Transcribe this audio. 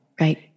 Right